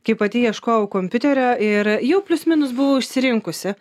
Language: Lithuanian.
kai pati ieškojau kompiuterio ir jau plius minus buvau išsirinkusi